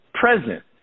present